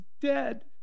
dead